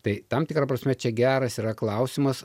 tai tam tikra prasme čia geras yra klausimas